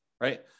right